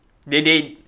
they they